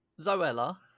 Zoella